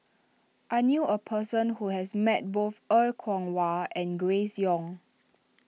I knew a person who has met both Er Kwong Wah and Grace Young